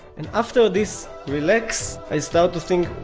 and after this relax, i start to think,